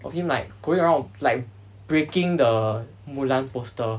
of him like going around like breaking the mulan poster